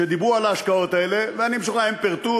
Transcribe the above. דיברו על ההשקעות האלה הם פירטו,